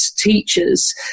teachers